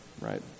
Right